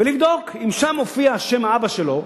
ולבדוק, אם שם מופיע שם האבא שלו,